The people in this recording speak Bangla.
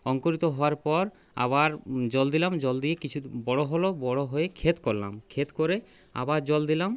অঙ্কুরিত হওয়ার পর আবার জল দিলাম জল দিয়ে কিছু বড় হল বড় হয়ে ক্ষেত করলাম ক্ষেত করে আবার জল দিলাম